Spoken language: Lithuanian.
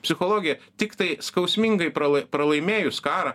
psichologija tiktai skausmingai pralai pralaimėjus karą